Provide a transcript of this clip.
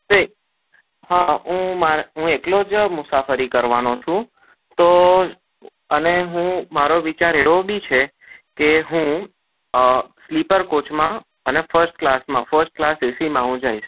તે હા હું મારા હું એકલો જ મુસાફરી કરવાનો છું તો અને હું મારો વિચાર એવો બી છે કે હુ સ્લીપર કોચમાં અને ફર્સ્ટ ક્લાસમાં ફર્સ્ટ ક્લાસ એસીમાં હુ જઈશ